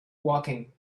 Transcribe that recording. walking